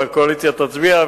והקואליציה תצביע,